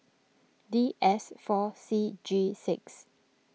D S four C G six